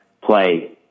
play